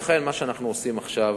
לכן, מה שאנחנו עושים עכשיו,